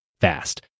fast